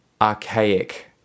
archaic